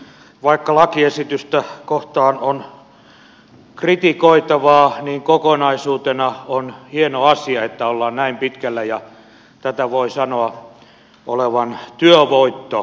vaikka lakiesitystä kohtaan on kritikoitavaa niin kokonaisuutena on hieno asia että ollaan näin pitkällä ja tämän voi sanoa olevan työvoitto ministerille